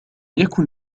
يكن